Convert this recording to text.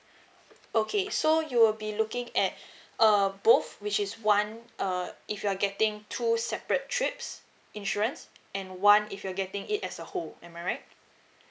okay so you will be looking at err both which is one uh if you're getting two separate trips insurance and one if you're getting it as a whole am I right